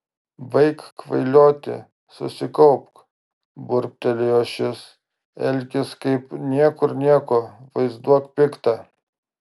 baik kvailioti susikaupk burbtelėjo šis elkis kaip niekur nieko vaizduok piktą